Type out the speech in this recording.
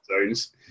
zones